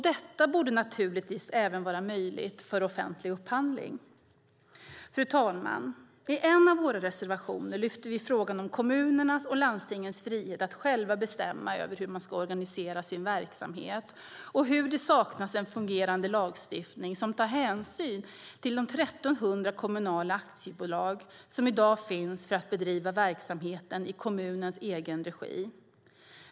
Detta borde naturligtvis vara möjligt även vid offentlig upphandling. Fru talman! I en av våra reservationer lyfter vi fram frågan om kommunernas och landstingens frihet att själva bestämma över hur de ska organisera sin verksamhet och om att det saknas en fungerande lagstiftning som tar hänsyn till de 1 300 kommunala aktiebolag som i dag finns för att bedriva verksamheten i kommunens egen regi.